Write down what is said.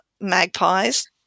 magpies